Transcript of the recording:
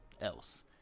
else